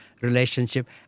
relationship